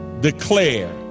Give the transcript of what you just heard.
declare